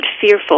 fearful